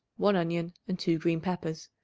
one onion and two green peppers.